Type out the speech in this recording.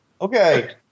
Okay